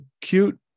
cute